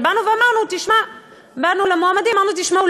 שבאנו ואמרנו למועמדים: תשמעו,